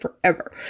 forever